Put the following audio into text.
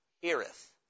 Heareth